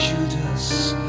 Judas